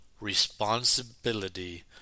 responsibility